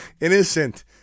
Innocent